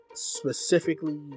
specifically